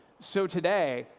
so today,